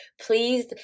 please